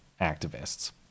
activists